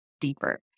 deeper